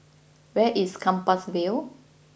where is Compassvale